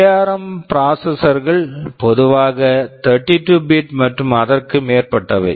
ARM ARM processor processor கள் பொதுவாக 32 bit 32 bit மற்றும் அதற்கு மேற்பட்டவை